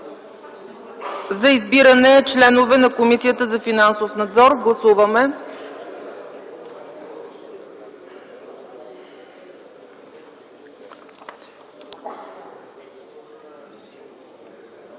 за избиране членове на Комисията за финансов надзор. Гласували